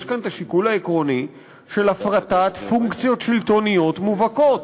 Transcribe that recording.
יש כאן השיקול העקרוני של הפרטת פונקציות שלטוניות מובהקות.